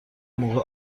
موقع